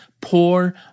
poor